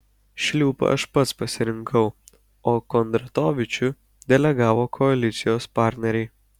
šliupą aš pats pasirinkau o kondratovičių delegavo koalicijos partneriai